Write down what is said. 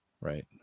Right